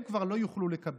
הם כבר לא יוכלו לקבל.